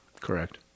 Correct